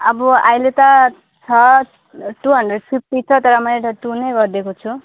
अब अहिले त छ टू हन्ड्रेड फिफ्टी छ तर मैले त टू नै गरिदिएको छु